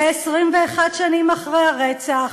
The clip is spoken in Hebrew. ו-21 שנים אחרי הרצח,